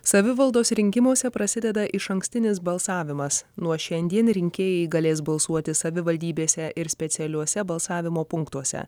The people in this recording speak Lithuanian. savivaldos rinkimuose prasideda išankstinis balsavimas nuo šiandien rinkėjai galės balsuoti savivaldybėse ir specialiuose balsavimo punktuose